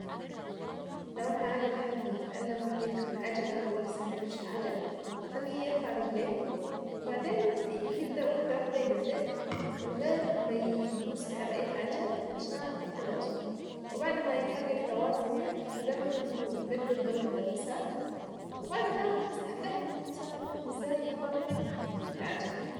لو انا هعلم حد بتعلم يركب العجلة وهو لسه ما يعرفش حاجة هخليه يرفع رجليه، وبعدين يبدأ واحدة واحدة يبدل من غير ما يدوس على اي حاجة علشان التوازن. وبعد ما يحقق توازنه يعني هدربه انه يبدل بقي بالدواسات وبعدها هفهمه هساعده ازاي يفرمل العجلة.